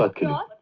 ah can i